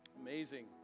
Amazing